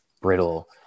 brittle